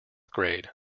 grade